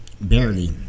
Barely